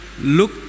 look